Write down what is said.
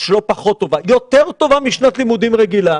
שהיא פחות טובה אלא שהיא יותר טובה משנת לימודים רגילה.